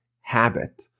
habit